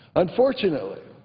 unfortunately,